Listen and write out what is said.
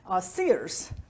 Sears